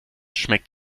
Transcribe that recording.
schmeckt